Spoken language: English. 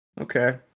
Okay